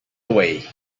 away